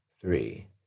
three